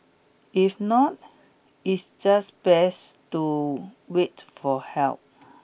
if not it's just best to wait for help